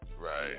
Right